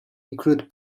include